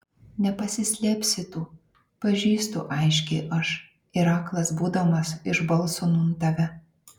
nepasislėpsi tu pažįstu aiškiai aš ir aklas būdamas iš balso nūn tave